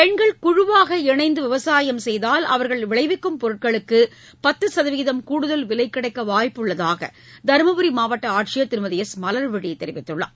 பெண்கள் குழுவாக இணைந்து விவசாயம் செய்தால் அவர்கள் விளைவிக்கும் பொருட்களுக்கு பத்து சதவீதம் கூடுதல் விலை கிடைக்க வாய்ப்புள்ளதாக தர்மபுரி மாவட்ட ஆட்சியர் திருமதி எஸ் மலர்விழி தெரிவித்துள்ளார்